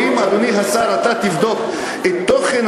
ואם, אדוני השר, אתה תבדוק את תוכן